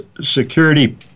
security